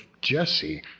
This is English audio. Jesse